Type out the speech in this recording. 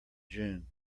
june